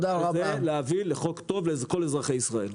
ולהביא לחוק טוב לכל אזרחי ישראל.